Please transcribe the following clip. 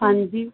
ਹਾਂਜੀ